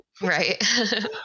Right